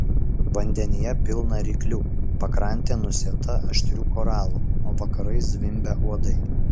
vandenyje pilna ryklių pakrantė nusėta aštrių koralų o vakarais zvimbia uodai